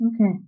okay